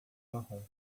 marrom